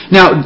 Now